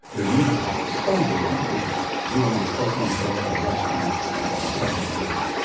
their mise en place is so important because you and i both want to show up at a restaurant at seven p m.